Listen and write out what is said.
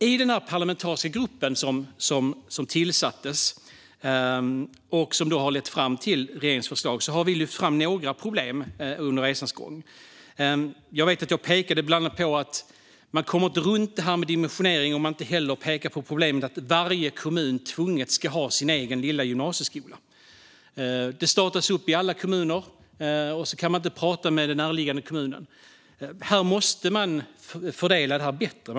I den parlamentariska grupp som tillsattes och som har lett fram till regeringens förslag har Sverigedemokraterna under resans gång lyft fram några problem. Jag har bland annat pekat på att man inte kommer runt det här med dimensionering om man inte samtidigt tar sig an problemet med att varje kommun tvunget ska ha sin egen lilla gymnasieskola. De startas upp i alla kommuner, och sedan kan man inte prata med den närliggande kommunen. Det här måste fördelas bättre.